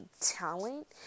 talent